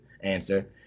answer